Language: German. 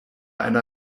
einer